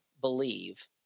believe